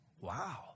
Wow